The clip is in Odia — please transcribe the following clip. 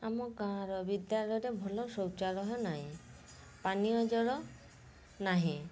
ଆମ ଗାଁର ବିଦ୍ୟାଳୟରେ ଭଲ ଶୌଚାଳୟ ନାହିଁ ପାନୀୟଜଳ ନାହିଁ